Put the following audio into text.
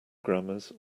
grammars